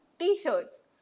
t-shirts